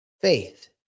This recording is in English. faith